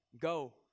go